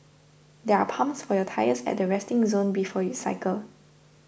there are pumps for your tyres at the resting zone before you cycle